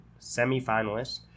semifinalist